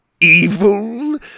Evil